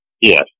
Yes